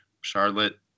Charlotte